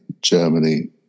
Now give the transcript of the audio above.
Germany